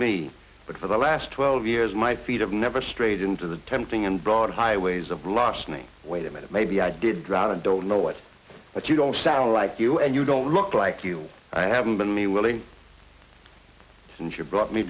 me but for the last twelve years my feet of never strayed into the tempting and broad highways of lost me wait a minute maybe i did drought and don't know what but you don't sound like you and you don't look like you i haven't been me willing and you brought me